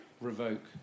revoke